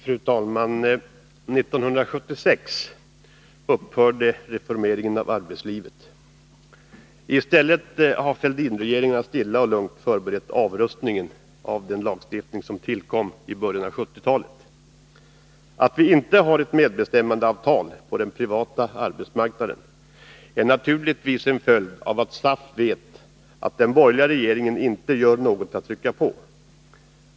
Fru talman! 1976 upphörde reformeringen av arbetslivet. I stället har Fälldin-regeringarna stilla och lugnt förberett avrustningen av den lagstiftning som tillkom i början av 1970-talet. Att vi inte har ett medbestämmandeavtal på den privata arbetsmarknaden är naturligtvis en följd av att SAF vet att den borgerliga regeringen inte gör något för att trycka på.